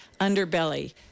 underbelly